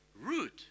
Root